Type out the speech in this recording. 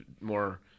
more